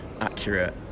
accurate